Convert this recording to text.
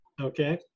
Okay